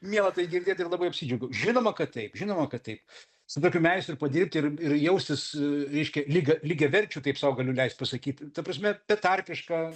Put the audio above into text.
miela tai girdėt ir labai apsidžiaugiau žinoma kad taip žinoma kad taip su tokiu meistru padirbti ir ir jaustis reiškia lygia lygiaverčiu taip sau galiu leist pasakyt ta prasme betarpiška